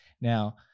Now